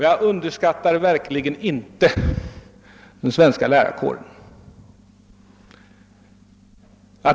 Jag underskattar verkligen inte den svenska lärarkåren.